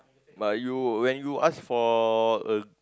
but you when you ask for a